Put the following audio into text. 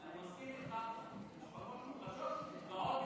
אני מסכים איתך שמשפחות מוחלשות נפגעות